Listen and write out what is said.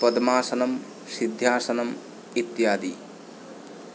पद्मासनं सिद्ध्यासनम् इत्यादि